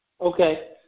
Okay